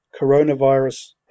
coronavirus